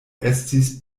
estis